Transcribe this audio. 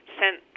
sent